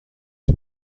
پیر